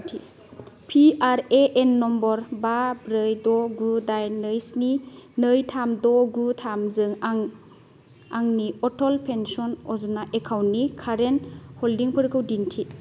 P R A N number बा ब्रै द' गु दाइन नै स्नि नै थाम द' गु थामजों आं आंनि अटल पेन्सन य'जना एकाउन्टनि कारेन्ट हल्डिंफोरखौ दिन्थि